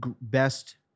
best